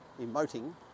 emoting